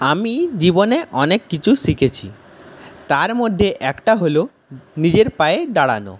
আমি জীবনে অনেক কিছু শিখেছি তার মধ্যে একটা হলো নিজের পায়ে দাঁড়ানো